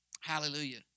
hallelujah